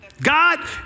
God